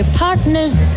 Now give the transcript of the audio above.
partner's